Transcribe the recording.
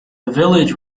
village